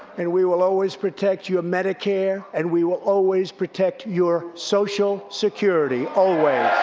and we will always protect your medicare, and we will always protect your social security. always.